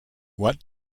what